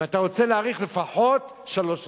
אם אתה רוצה להאריך, לפחות שלוש שנים.